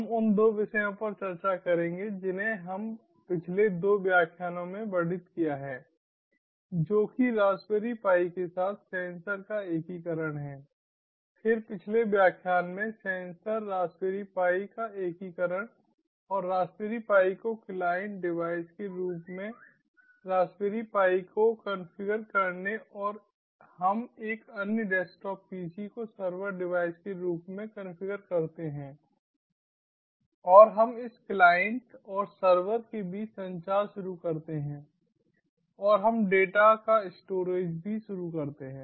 हम उन दो विषयों पर चर्चा करेंगे जिन्हें हमने पिछले दो व्याख्यानों में वर्णित किया है जो कि रासबेरी पाई के साथ सेंसर का एकीकरण है फिर पिछले व्याख्यान में सेंसर रासबेरी पाई का एकीकरण और रासबेरी पाई को क्लाइंट डिवाइस के रूप में रासबेरी पाई को कॉन्फ़िगर करने और हम एक अन्य डेस्कटॉप पीसी को सर्वर डिवाइस के रूप में कॉन्फ़िगर करते हैं और हम इस क्लाइंट और सर्वर के बीच संचार शुरू करते हैं और हम डेटा का स्टोरेज भी शुरू करते हैं